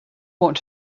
want